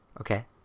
okay